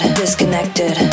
disconnected